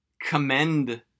commend